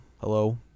hello